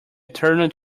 internal